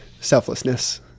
selflessness